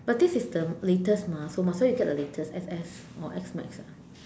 but this is the latest mah so might as well you get the latest so X_S or S max ah